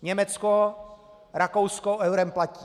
Německo, Rakousko eurem platí.